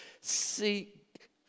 Seek